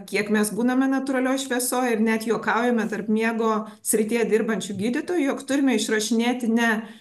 kiek mes būname natūralioj šviesoj ir net juokaujame tarp miego srityje dirbančių gydytojų jog turime išrašinėti ne